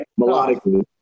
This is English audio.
Melodically